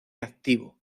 activo